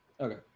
Okay